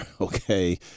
Okay